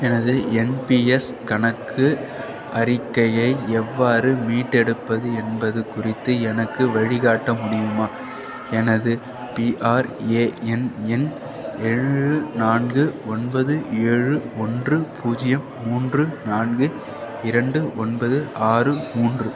எனது N P S கணக்கு அறிக்கையை எவ்வாறு மீட்டெடுப்பது என்பது குறித்து எனக்கு வழிகாட்ட முடியுமா எனது பிஆர்ஏஎன் எண் ஏழு நான்கு ஒன்பது ஏழு ஒன்று பூஜ்ஜியம் மூன்று நான்கு இரண்டு ஒன்பது ஆறு மூன்று